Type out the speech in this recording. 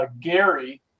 Gary